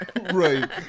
Right